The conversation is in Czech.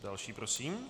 Další prosím.